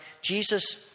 Jesus